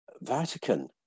Vatican